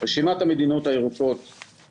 רשימת המדינות הירוקות,